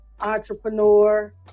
entrepreneur